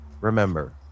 remember